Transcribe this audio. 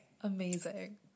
amazing